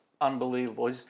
unbelievable